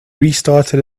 restarted